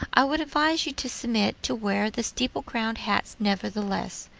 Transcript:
i would advise you to submit to wear the steeple-crowned hats, nevertheless,